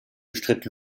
bestritt